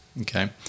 okay